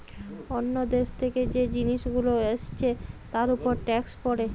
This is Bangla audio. অন্য দেশ থেকে যে জিনিস গুলো এসছে তার উপর ট্যাক্স পড়ে